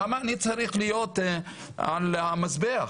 למה אני צריך להיות על המזבח?